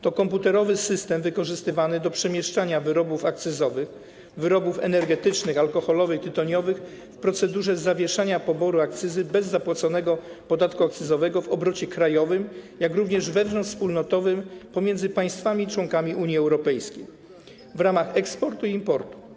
To komputerowy system wykorzystywany do przemieszczania wyrobów akcyzowych, wyrobów energetycznych, alkoholowych, tytoniowych w procedurze zawieszania poboru akcyzy bez zapłaconego podatku akcyzowego w obrocie krajowym, jak również wewnątrzwspólnotowym pomiędzy państwami członkami Unii Europejskiej w ramach eksportu i importu.